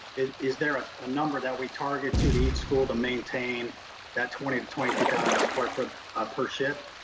is there a number that we target to to each school to maintain that twenty to twenty two thousand square foot per shift?